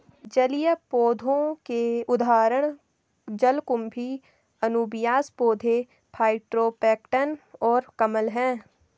जलीय पौधों के उदाहरण जलकुंभी, अनुबियास पौधे, फाइटोप्लैंक्टन और कमल हैं